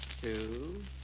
two